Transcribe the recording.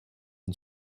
and